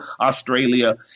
Australia